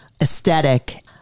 aesthetic